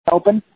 open